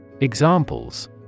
Examples